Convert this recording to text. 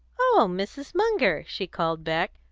oh, mrs. munger! she called back,